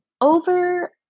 Over